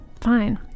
fine